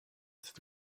cette